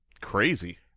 crazy